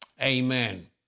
Amen